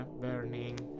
burning